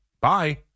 Bye